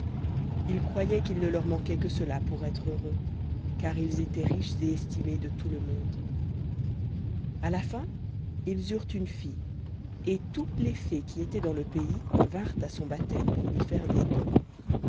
ils croyaient qu'il ne leur manquait que cela pour être heureux car ils étaient riches et estimés de tout le monde à la fin ils eurent une fille et toutes les fées qui étaient dans le pays vinrent à son baptême pour lui faire des dons